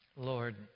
Lord